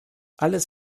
alles